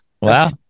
Wow